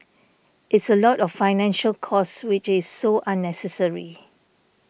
it's a lot of financial cost which is so unnecessary